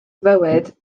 fywyd